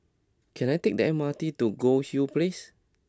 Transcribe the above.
can I take the M R T to Goldhill Place